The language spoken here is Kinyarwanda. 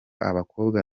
abakobwa